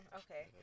okay